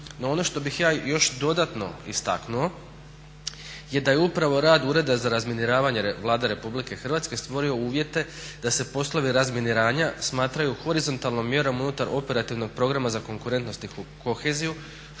No ono što bih ja još dodatno istaknuo je da je upravo rad Ureda za razminiravanje Vlade Republike Hrvatske stvorio uvjete da se poslovi razminiravanja smatraju horizontalnom mjerom unutar operativnog programa za konkurentnost i koheziju